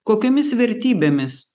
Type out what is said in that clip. kokiomis vertybėmis